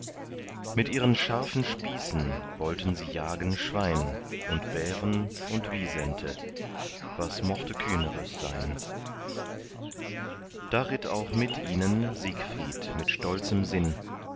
mit ihren scharfen spießen wollten sie jagen schwein und bären und wisente was mochte kühneres sein da ritt auch mit ihnen siegfried mit stolzem sinn